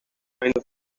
the